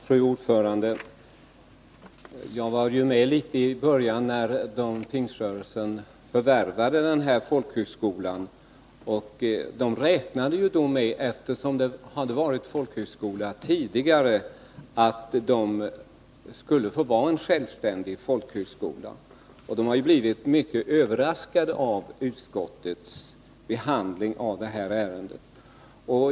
Fru talman! När Pingströrelsen förvärvade denna folkhögskola var jag till en början något inblandad i frågan. Man räknade inom Pingströrelsen med att själv, eftersom det tidigare hade varit folkhögskola i lokalerna, få möjlighet att driva en självständig folkhögskola där. Man blev därför mycket överraskad av utskottets behandling av detta ärende.